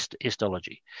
histology